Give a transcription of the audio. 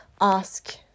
ask